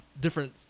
different